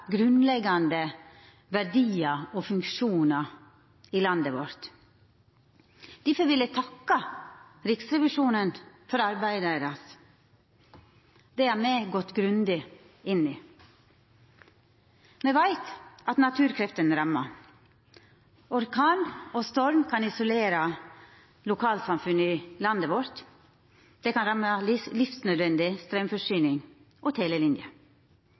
grunnleggjande verdiar og funksjonar i landet vårt. Difor vil eg takka Riksrevisjonen for arbeidet deira. Det har me gått grundig inn i. Me veit at naturkreftene rammar. Orkan og storm kan isolera lokalsamfunn i landet vårt, då det kan ramma livsnødvendig straumforsyning og